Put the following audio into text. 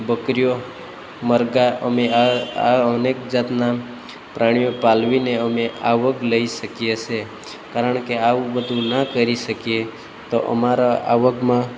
બકરીઓ મરઘાં અમે આ અનેક જાતનાં પ્રાણીઓ પાલવીને અમે આવક લઈ શકીએ છે કારણ કે આવું બધું ના કરી શકીએ તો અમારા આવકમાં